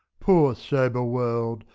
poor sober world,